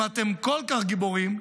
אם אתם כל כך גיבורים,